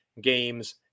games